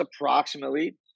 approximately